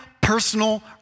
personal